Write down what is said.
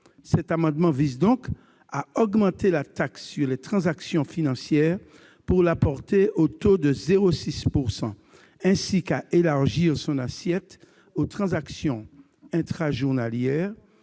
Cet amendement vise donc à augmenter la taxe sur les transactions financières pour la porter au taux de 0,6 %, ainsi qu'à élargir son assiette aux transactions intrajournalières,